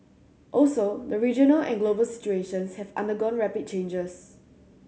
also the regional and global situations have undergone rapid changes